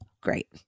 Great